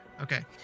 Okay